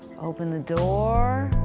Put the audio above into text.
open the door,